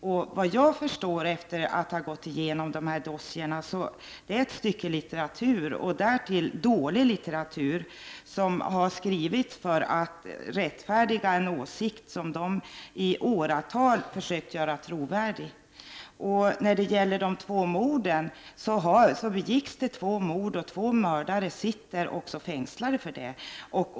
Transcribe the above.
Såvitt jag förstår — efter att ha gått igenom dossierna — är det ett stycke litteratur, dålig litteratur, som har skrivits för att rättfärdiga en åsikt som man i åratal har försökt göra trovärdig. Det begicks två mord, och två mördare är också fängslade för dem.